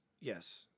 Yes